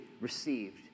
received